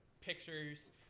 pictures